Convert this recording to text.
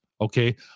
Okay